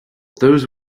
those